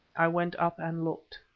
i went up and looked.